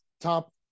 top